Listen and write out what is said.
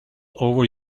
over